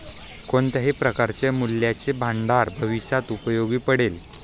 कोणत्याही प्रकारचे मूल्याचे भांडार भविष्यात उपयोगी पडेल